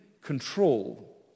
control